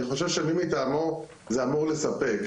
אני חושב ש-"מי מטעמו" זה אמור לספק.